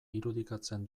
irudikatzen